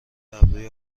ابروی